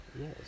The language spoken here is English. yes